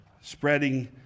spreading